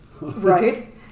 Right